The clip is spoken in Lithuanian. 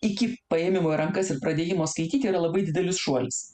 iki paėmimo į rankas ir pradėjimo skaityti yra labai didelis šuolis